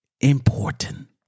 important